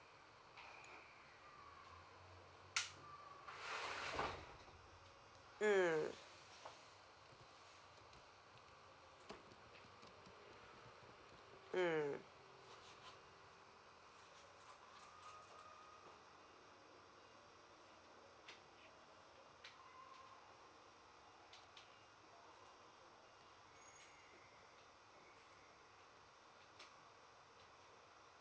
mm mm